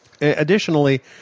Additionally